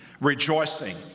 rejoicing